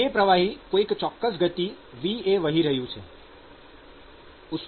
તે પ્રવાહી કોઈક ચોક્કસ ગતિ V એ વહી રહ્યું હશે